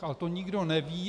A to nikdo neví.